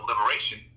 liberation